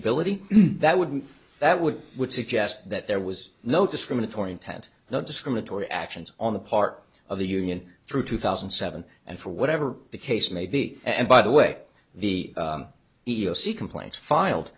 ability that would be that would suggest that there was no discriminatory intent no discriminatory actions on the part of the union through two thousand and seven and for whatever the case may be and by the way the e e o c complaints filed